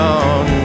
on